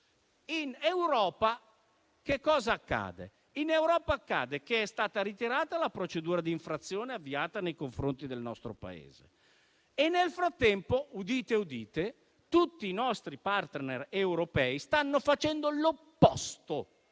in Europa cosa accade? In Europa accade che è stata ritirata la procedura di infrazione avviata nei confronti del nostro Paese e nel frattempo - udite udite - tutti i nostri *partner* europei stanno facendo l'opposto